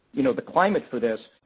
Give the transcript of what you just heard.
you know, the climate for this.